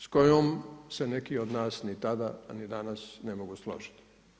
S kojom se neki od nas ni tada ni danas ne mogu složiti.